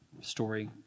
story